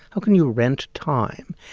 how can you rent time?